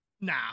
Nah